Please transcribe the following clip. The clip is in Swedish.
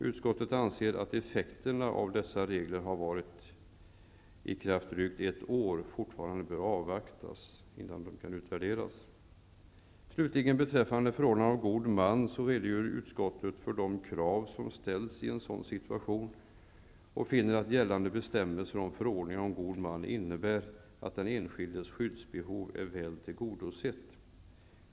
Utskottet anser att effekterna av dessa regler, som varit i kraft i drygt ett år, bör avvaktas innan reglerna kan utvärderas. Beträffande förordnande av god man redogör utskottet slutligen för de krav som ställs i en sådan situation och finner att gällande bestämmelser om förordnande av god man innebär att den enskildes skyddsbehov är väl tillgodosett.